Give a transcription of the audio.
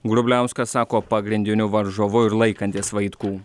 grubliauskas sako pagrindiniu varžovu ir laikantis vaitkų